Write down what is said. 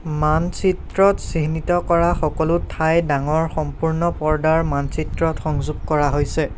মানচিত্ৰত চিহ্নিত কৰা সকলো ঠাই ডাঙৰ সম্পূৰ্ণ পৰ্দাৰ মানচিত্ৰত সংযোগ কৰা হৈছে